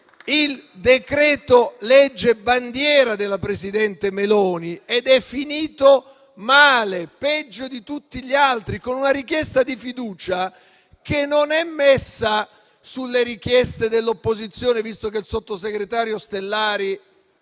il decreto-legge bandiera della presidente Meloni ed è finito male, peggio di tutti gli altri, con una richiesta di fiducia che non è posta sulle richieste dell'opposizione, visto che il sottosegretario Ostellari,